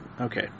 Okay